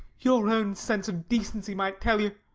your own sense of decency might tell you.